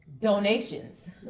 donations